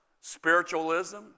spiritualism